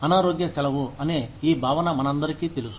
అనారోగ్య సెలవు అనే ఈ భావన మనందరికీ తెలుసు